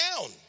down